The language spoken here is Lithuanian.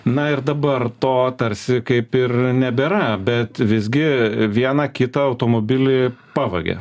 na ir dabar to tarsi kaip ir nebėra bet visgi vieną kitą automobilį pavagia